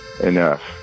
enough